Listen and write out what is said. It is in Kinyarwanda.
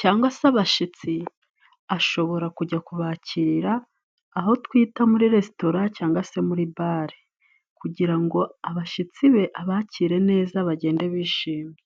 cyangwa se abashitsi ashobora kujya kubakira aho twita muri resitora cyangwa se muri bale kugira ngo abashitsi be abakire neza bagende bishimye.